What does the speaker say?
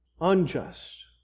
unjust